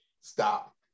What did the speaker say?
stop